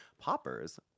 Poppers